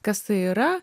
kas tai yra